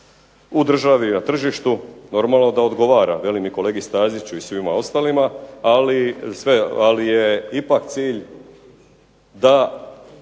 u državi, na tržištu, normalno da odgovara, velim i kolegi Staziću i svima ostalima, ali je ipak cilj da